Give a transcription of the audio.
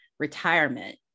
Retirement